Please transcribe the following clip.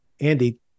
Andy